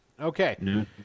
Okay